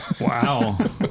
Wow